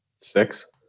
Six